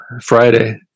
Friday